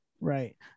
Right